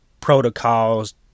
protocols